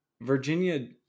Virginia